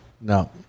no